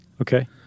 Okay